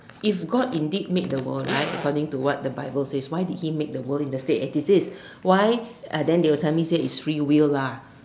if God indeed made the world right according to what the bible says why did he made the world in the state as it is why uh then they will tell me say is free will lah